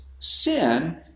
Sin